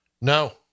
No